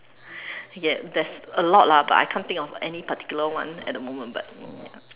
I get there's a lot lah but I can't think of any particular one at the moment but ya